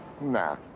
Nah